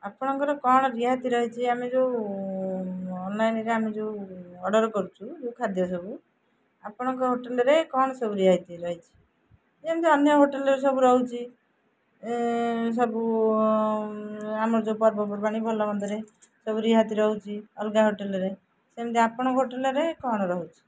ଆପଣଙ୍କର କ'ଣ ରିହାତି ରହିଛି ଆମେ ଯେଉଁ ଅନଲାଇନରେ ଆମେ ଯେଉଁ ଅର୍ଡ଼ର କରୁଛୁ ଯେଉଁ ଖାଦ୍ୟ ସବୁ ଆପଣଙ୍କ ହୋଟେଲରେ କ'ଣ ସବୁ ରିହାତି ରହିଛି ଯେମିତି ଅନ୍ୟ ହୋଟେଲରେ ସବୁ ରହୁଛି ସବୁ ଆମର ଯେଉଁ ପର୍ବପର୍ବାଣୀ ଭଲମନ୍ଦରେ ସବୁ ରିହାତି ରହୁଛି ଅଲଗା ହୋଟେଲରେ ସେମିତି ଆପଣଙ୍କ ହୋଟେଲରେ କ'ଣ ରହୁଛି